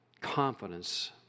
confidence